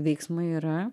veiksmai yra